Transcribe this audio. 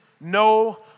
no